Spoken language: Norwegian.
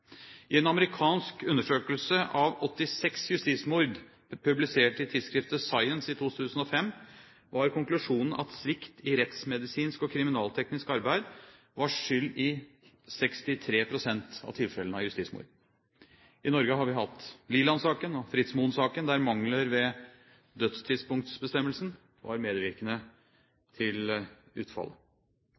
I en amerikansk undersøkelse av 86 justismord publisert i tidsskriftet Science i 2005 var konklusjonen at svikt i rettsmedisinsk og kriminalteknisk arbeid var skyld i 63 pst. av tilfellene av justismord. I Norge har vi hatt Liland-saken og Fritz Moen-saken, der mangler ved dødstidspunktbestemmelsen var medvirkende til